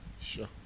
sure